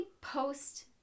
post